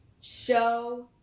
show